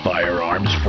Firearms